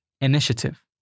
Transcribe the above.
initiative